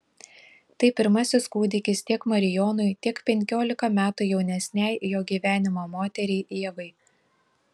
tai pirmasis kūdikis tiek marijonui tiek penkiolika metų jaunesnei jo gyvenimo moteriai ievai